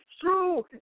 true